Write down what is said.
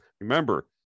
Remember